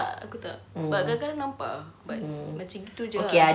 tak aku tak but kadang-kadang nampak ah but macam gitu jer lah